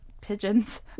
pigeons